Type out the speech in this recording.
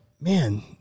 Man